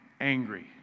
angry